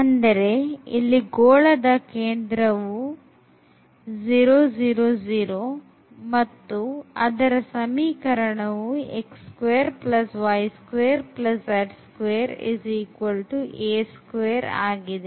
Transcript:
ಅಂದರೆ ಇಲ್ಲಿ ಗೋಳದ ಕೇಂದ್ರವು 0 0 0 ಮತ್ತು ಅದರ ಸಮೀಕರಣವು ಆಗಿದೆ